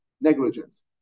negligence